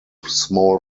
small